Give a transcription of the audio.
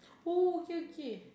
oh okay okay